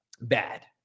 bad